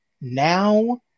now